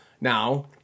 now